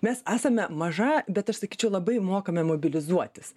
mes esame maža bet aš sakyčiau labai mokame mobilizuotis